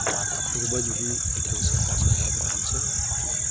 हमरा आओरके पूर्वज भी एहि ढङ्गसे करने आबि रहल छै नहि नहि